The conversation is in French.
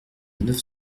neuf